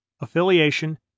affiliation